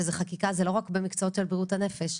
שזאת חקיקה לא רק במקצועות של בריאות הנפש,